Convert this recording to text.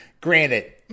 granted